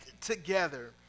together